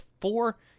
four